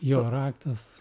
jo raktas